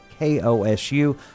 kosu